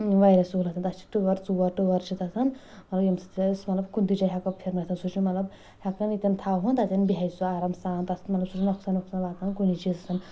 واریاہ سہوٗلیت تَتھ چھِ ٹٲر ژور ٹٲر چھِ تَتھ ییٚمہِ أسۍ مطلب کُنہِ تہِ جایہِ ہٮ۪کو پھِرنٲوِتھ سُہ چھُ مطلب ہٮ۪کان ییٚتیٚن تھاوہوٚن تَتیٚن بیہہِ سُہ آرام سان تَتھ مطلب سُہ چھُ نۄقصان وۄقصان واتان کُنۍ چیٖزس